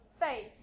faith